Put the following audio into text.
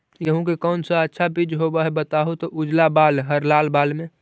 गेहूं के कौन सा अच्छा बीज होव है बताहू, उजला बाल हरलाल बाल में?